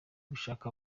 gushaka